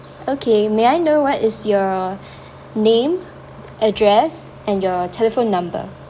okay may I know what is your name address and your telephone number